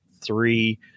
three